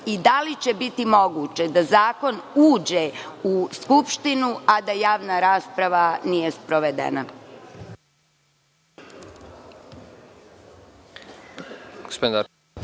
i da li će biti moguće da zakon uđe u Skupštinu, a da javna rasprava nije sprovedena?